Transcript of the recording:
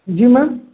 जी ma'am